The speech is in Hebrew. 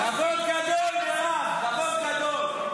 כבוד גדול, מירב, כבוד גדול.